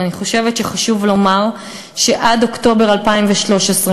ואני חושבת שחשוב לומר שעד אוקטובר 2013,